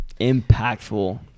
impactful